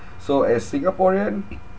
so as singaporean